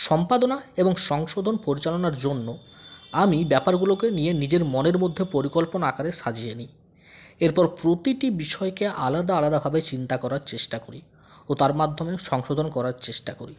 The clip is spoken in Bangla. সম্পাদনা এবং সংশোধন পরিচালনার জন্য আমি ব্যাপারগুলোকে নিয়ে নিজের মনের মধ্যে পরিকল্পনা আকারে সাজিয়ে নিই এরপর প্রতিটি বিষয়কে আলাদা আলাদাভাবে চিন্তা করার চেষ্টা করি ও তার মাধ্যমে সংশোধন করার চেষ্টা করি